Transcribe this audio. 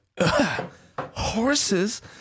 horses